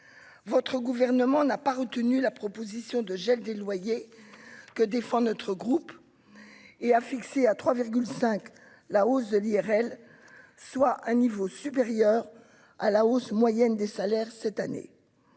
votre gouvernement n'a pas retenu la proposition de gel des loyers que défend notre groupe et a fixé à 3 5 la hausse de l'IRL, soit un niveau supérieur à la hausse moyenne des salaires cette année,